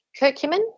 curcumin